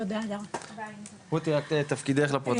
רותי רק תפקידך לפרוטוקול.